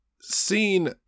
seen